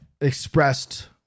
expressed